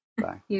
Bye